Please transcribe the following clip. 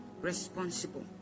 responsible